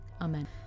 Amen